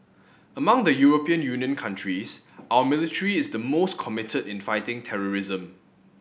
among the European Union countries our military is the most committed in fighting terrorism